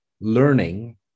learning